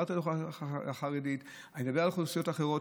דיברתי על האוכלוסייה החרדית ואני מדבר על אוכלוסיות אחרות.